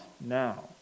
now